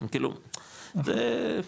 כאילו זה נושא,